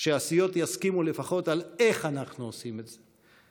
שהסיעות יסכימו לפחות על איך אנחנו עושים את זה.